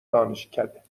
دانشکده